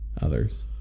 others